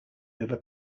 over